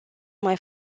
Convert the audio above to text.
mai